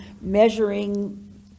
measuring